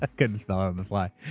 ah couldn't spell it on the fly.